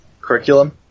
curriculum